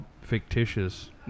fictitious